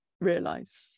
realize